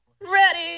Ready